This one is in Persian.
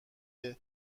مگر